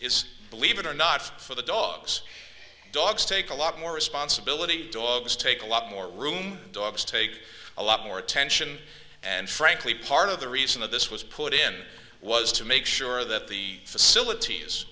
is believe it or not for the dogs dogs take a lot more responsibility dogs take a lot more room dogs take a lot more attention and frankly part of the reason that this was put in was to make sure that the facilities